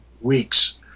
weeks